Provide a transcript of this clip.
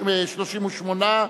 38),